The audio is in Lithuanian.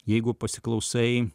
jeigu pasiklausai